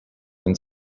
any